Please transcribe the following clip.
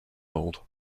old